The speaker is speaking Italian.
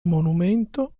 monumento